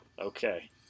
Okay